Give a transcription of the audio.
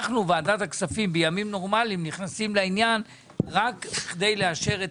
אנחנו בוועדת הכספים בימים נורמליים נכנסים לעניין רק בכדי לאשר את